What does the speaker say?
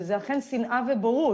וזה אכן שנאה ובורות.